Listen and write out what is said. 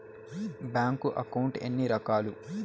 bank account ఎన్ని రకాలు